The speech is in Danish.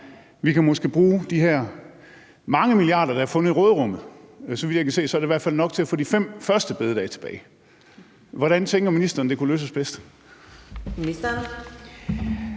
vi kunne måske bruge de her mange milliarder, der er fundet i råderummet. Så vidt jeg kan se, er det i hvert fald nok til at få de fem første bededage tilbage. Hvordan tænker ministeren det kunne løses bedst?